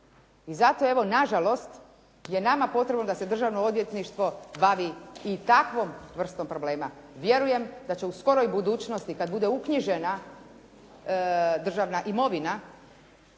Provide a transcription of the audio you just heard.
I zato evo nažalost je nama potrebno da se državno odvjetništvo bavi i takvom vrstom problema. Vjerujem da će u skoroj budućnosti kad bude uknjižena državna imovina,